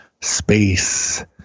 space